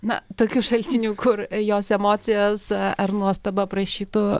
na tokių šaltinių kur jos emocijas ar nuostabą aprašytų